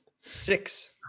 Six